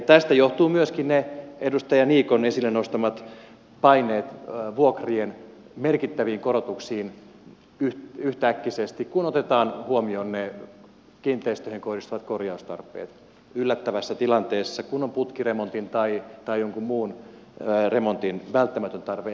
tästä johtuvat myöskin ne edustaja niikon esille nostamat paineet vuokrien merkittäviin korotuksiin yhtäkkisesti kun otetaan huomioon ne kiinteistöihin kohdistuvat korjaustarpeet yllättävässä tilanteessa kun on putkiremontin tai jonkun muun remontin välttämätön tarve